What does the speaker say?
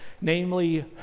namely